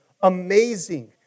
amazing